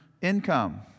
income